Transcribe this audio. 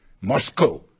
Moscow